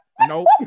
Nope